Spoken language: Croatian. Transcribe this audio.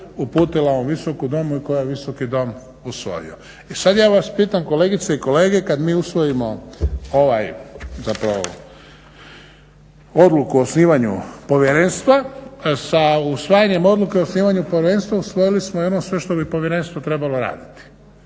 uputila ovom Visokom domu i koje je ovaj Visoki dom usvojio. I sad ja vas pitam, kolegice i kolege, kad mi usvojimo ovaj zapravo odluku o osnivanju povjerenstva sa usvajanjem odluke o osnivanju povjerenstva usvojili smo i ono sve što bi povjerenstvo trebalo raditi.